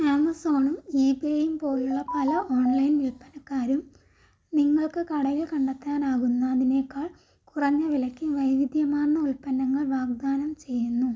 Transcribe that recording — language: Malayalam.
ആമസോണും ഇബേയും പോലുള്ള പല ഓൺലൈൻ വിൽപ്പനക്കാരും നിങ്ങൾക്ക് കടയിൽ കണ്ടെത്താനാകുന്നതിനേക്കാൾ കുറഞ്ഞ വിലയ്ക്ക് വൈവിധ്യമാർന്ന ഉൽപ്പന്നങ്ങൾ വാഗ്ദാനം ചെയ്യുന്നു